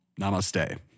namaste